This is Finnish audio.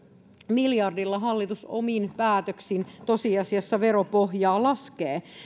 miljardilla hallitus omin päätöksin tosiasiassa veropohjaa laskee